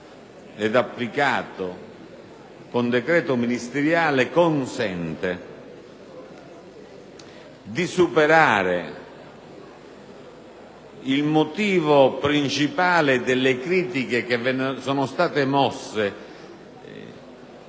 con decreto ministeriale consente di superare il motivo principale delle critiche che sono state mosse